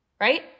right